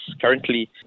currently